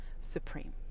supreme